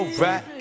right